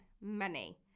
money